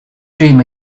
dream